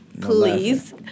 Please